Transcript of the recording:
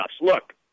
Look